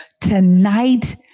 tonight